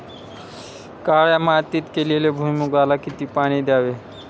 काळ्या मातीत केलेल्या भुईमूगाला किती पाणी द्यावे?